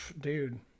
dude